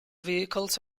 vehicles